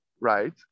right